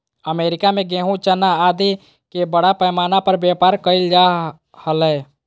America में गेहूँ, चना आदि के बड़ा पैमाना पर व्यापार कइल जा हलय